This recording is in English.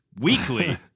weekly